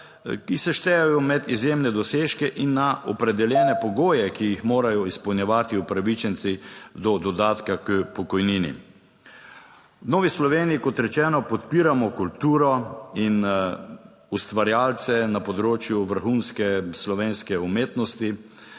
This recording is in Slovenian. ki se štejejo med izjemne dosežke in na opredeljene pogoje, ki jih morajo izpolnjevati upravičenci do dodatka k pokojnini. V Novi Sloveniji, kot rečeno, podpiramo kulturo in ustvarjalce na področju vrhunske slovenske umetnosti